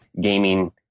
gaming